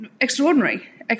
Extraordinary